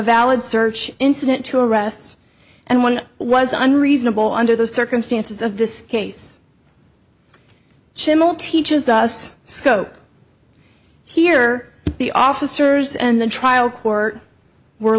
valid search incident to arrest and one was unreasonable under the circumstances of this case chimo teaches us scope here the officers and the trial court were